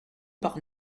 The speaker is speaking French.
par